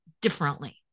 differently